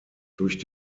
durch